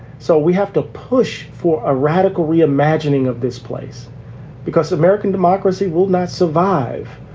so we have to push for a radical reimagining of this place because american democracy will not survive.